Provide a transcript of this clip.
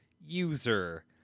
user